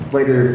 Later